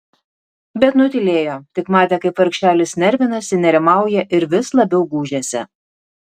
bet nutylėjo tik matė kaip vargšelis nervinasi nerimauja ir vis labiau gūžiasi